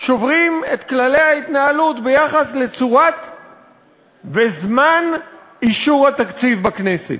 שוברים את כללי ההתנהלות ביחס לצורה ולזמן של אישור התקציב בכנסת.